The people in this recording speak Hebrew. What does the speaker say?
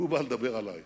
והוא בא לדבר עלי.